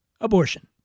abortion